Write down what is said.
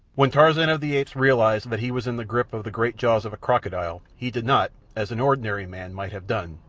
when tarzan of the apes realized that he was in the grip of the great jaws of a crocodile he did not, as an ordinary man might have done,